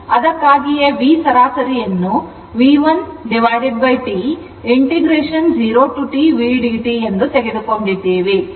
ಅದಕ್ಕಾಗಿಯೇ V ಸರಾಸರಿ ಅನ್ನು V 1 T 0 to T vdt ಎಂದು ತೆಗೆದುಕೊಂಡಿದ್ದೇವೆ